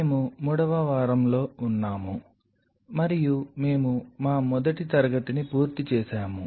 మేము 3వ వారంలో ఉన్నాము మరియు మేము మా మొదటి తరగతిని పూర్తి చేసాము